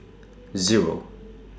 Zero